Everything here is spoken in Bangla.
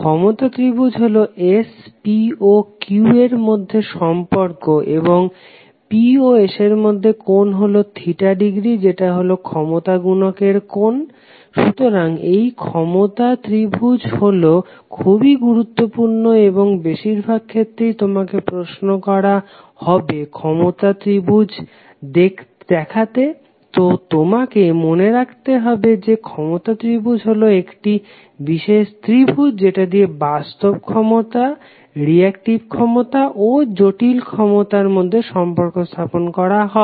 ক্ষমতা ত্রিভুজ হলো S P ও Q এর মধ্যে সম্পর্ক এবং P ও S এর মধ্যে কোণ হলো ডিগ্রী যেটা হলো ক্ষমতা গুনকের কোণ সুতরাং এই ক্ষমতা ত্রিভুজ হলো খুবই গুরুত্বপূর্ণ এবং বেশিরভাগ ক্ষেত্রেই তোমাকে প্রশ্ন করা হবে ক্ষমতা ত্রিভুজ দেখাতে তো তোমাকে মনে রাখতে হবে যে ক্ষমতা ত্রিভুজ হলো একটি বিশেষ ত্রিভুজ যেটা দিয়ে বাস্তব ক্ষমতা রিঅ্যাক্টিভ ক্ষমতা ও জটিল ক্ষমতা মধ্যে সম্পর্ক স্থাপন করা হয়